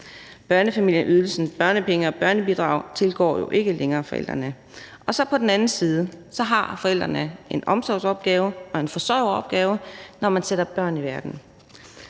Børnefamilieydelsen, børnepenge og børnebidrag tilgår jo ikke længere forældrene. På den anden side har man som forældre en omsorgsopgave og en forsørgeropgave, når man sætter børn i verden.